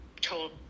told